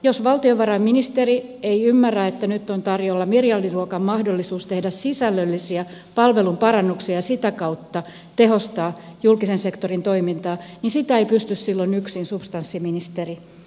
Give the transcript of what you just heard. jos valtiovarainministeri ei ymmärrä että nyt on tarjolla miljardiluokan mahdollisuus tehdä sisällöllisiä palvelun parannuksia ja sitä kautta tehostaa julkisen sektorin toimintaa niin sitä ei pysty silloin yksin substanssiministeri tekemään